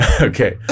Okay